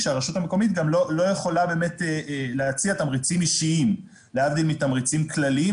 כשהרשות המקומית לא יכולה להציע תמריצים אישיים להבדיל מתמריצים כלליים,